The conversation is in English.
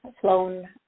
flown